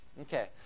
Okay